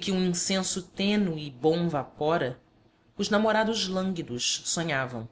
que um incenso tênue e bom vapora os namorados lânguidos sonhavam